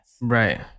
Right